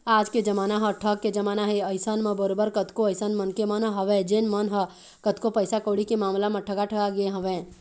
आज के जमाना ह ठग के जमाना हे अइसन म बरोबर कतको अइसन मनखे मन ह हवय जेन मन ह कतको पइसा कउड़ी के मामला म ठगा ठगा गे हवँय